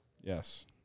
Yes